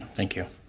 thank you.